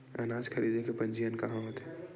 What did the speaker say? अनाज खरीदे के पंजीयन कहां होथे?